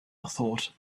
thought